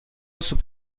سوپ